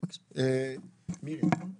מירה, שלום,